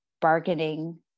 bargaining